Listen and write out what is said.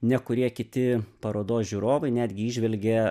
ne kurie kiti parodos žiūrovai netgi įžvelgė